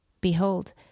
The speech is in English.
Behold